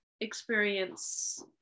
experience